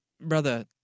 brother